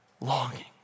longing